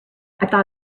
thought